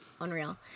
Unreal